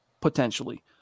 potentially